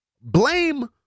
Blame